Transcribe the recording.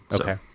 Okay